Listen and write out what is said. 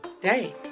day